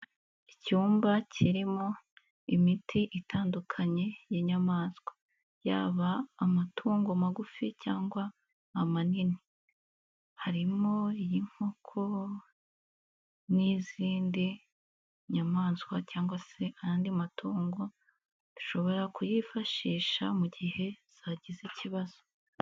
Icyumba kirimo imiti itandukanye y'inyamaswa, yaba amatungo magufi cyangwa amanini, harimo iy'inkoko n'iy'izindi nyamaswa cyangwa se ayandi matungo, ushobora kuyifashisha mu gihe zagize ikibazo.